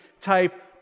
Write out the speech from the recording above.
type